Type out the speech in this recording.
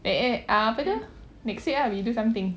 eh uh apa tu ah next year ah we do something